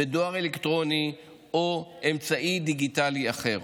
בדואר אלקטרוני או באמצעי דיגיטלי אחר.